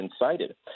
incited